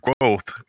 growth